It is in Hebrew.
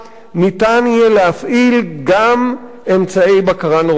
ניתן יהיה להפעיל גם אמצעי בקרה נורמליים.